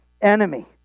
enemy